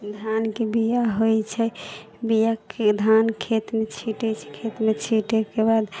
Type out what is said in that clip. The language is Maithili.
धानके बिआ होइ छै बिआके धानके खेतमे छिटै छै खेतमे छिटैके बाद